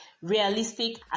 Realistic